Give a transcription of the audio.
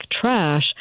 trash